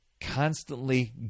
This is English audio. constantly